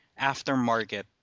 aftermarket